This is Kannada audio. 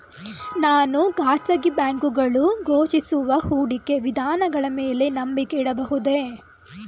ನಾನು ಖಾಸಗಿ ಬ್ಯಾಂಕುಗಳು ಘೋಷಿಸುವ ಹೂಡಿಕೆ ವಿಧಾನಗಳ ಮೇಲೆ ನಂಬಿಕೆ ಇಡಬಹುದೇ?